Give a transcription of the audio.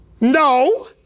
No